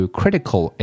critical